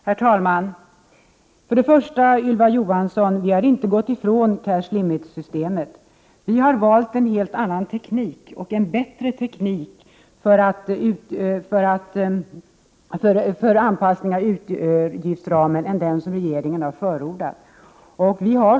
Herr talman! Först och främst, Ylva Johansson, har vi inte gått ifrån cashlimit-systemet. Vi har valt en helt annan och bättre teknik för anpassning av utgiftsramen än den som regeringen har förordat.